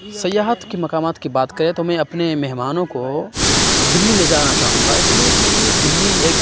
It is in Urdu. سیاحت کے مقامات کی بات کریں تو میں اپنے مہمانوں کو دلّی لے جانا چاہوں گا اِس لیے کہ دلّی ایک